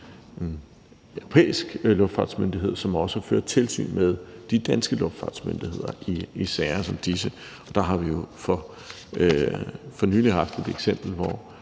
en europæisk luftfartsmyndighed, som også har ført tilsyn med de danske luftfartsmyndigheder i sager som disse. Og der har vi jo for nylig haft et eksempel, hvor